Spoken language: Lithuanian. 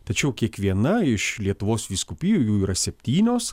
tačiau kiekviena iš lietuvos vyskupijų jų yra septynios